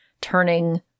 turning